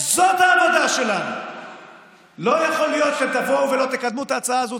לא יכול להיות שתבואו ולא תקדמו את ההצעה הזאת